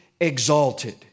exalted